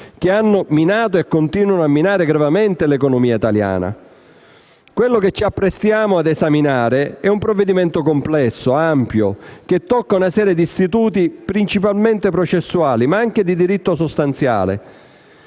che hanno minato e continuano a minare gravemente l'economia italiana. Quello che ci apprestiamo a esaminare è un provvedimento complesso, ampio, che tocca una serie di istituti, principalmente processuali, ma anche di diritto sostanziale.